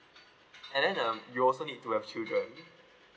and then um you also need to have children